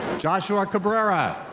joshua cabrera.